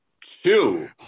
two